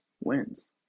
wins